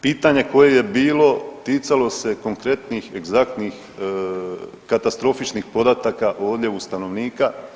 Pitanje koje je bilo ticalo se konkretnih egzaktnih katastrofičnih podataka o odljevu stanovnika.